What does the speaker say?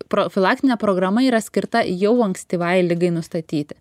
profilaktinė programa yra skirta jau ankstyvai ligai nustatyti